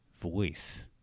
voice